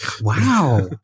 wow